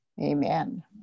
amen